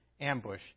ambush